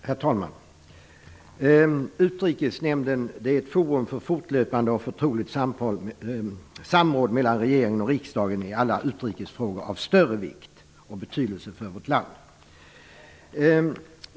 Herr talman! Utrikesnämnden är ett forum för fortlöpande och förtroligt samråd mellan regeringen och riksdagen i alla utrikesfrågor av större vikt och betydelse för vårt land.